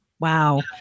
Wow